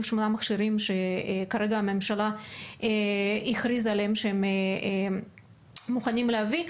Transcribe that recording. מכשירים שכרגע הממשלה הכריזה עליהם שמוכנים להביא.